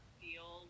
feel